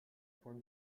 point